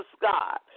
God